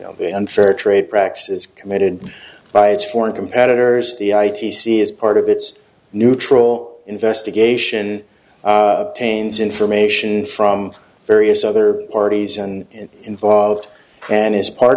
the unfair trade practices committed by its foreign competitors the i t c is part of its neutral investigation tains information from various other parties and involved and is part